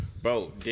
Bro